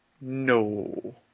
No